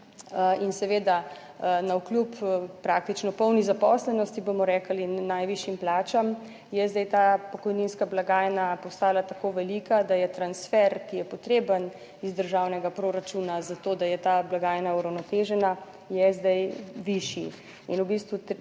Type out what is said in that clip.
in seveda navkljub praktično polni zaposlenosti, bomo rekli, najvišjim plačam je zdaj ta pokojninska blagajna postala tako velika, da je transfer, ki je potreben iz državnega proračuna za to, da je ta blagajna uravnotežena, je zdaj višji in v bistvu to